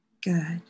Good